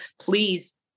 please